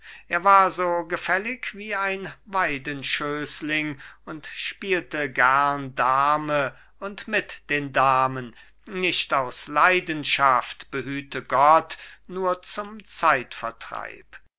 er war so gefällig wie ein weidenschößling und spielte gern dame und mit den damen nicht aus leidenschaft behüte gott nur zum zeitvertreib